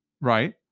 right